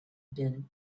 been